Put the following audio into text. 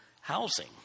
housing